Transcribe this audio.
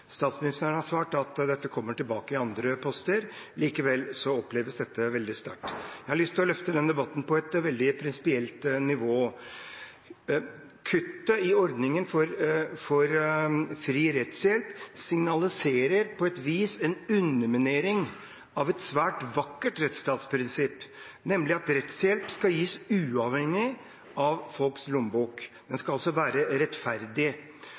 Statsministeren har svart at dette kommer tilbake i andre poster. Likevel oppleves dette veldig sterkt. Jeg har lyst til å løfte debatten opp på et veldig prinsipielt nivå. Kuttet i ordningen med fri rettshjelp signaliserer på et vis en underminering av et svært vakkert rettsstatsprinsipp, nemlig at rettshjelp skal gis uavhengig av folks lommebok. Den skal altså være rettferdig.